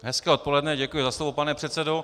Hezké odpoledne, děkuji za slovo, pane předsedo.